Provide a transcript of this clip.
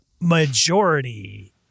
majority